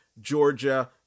Georgia